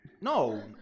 No